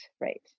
right